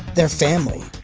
they're family!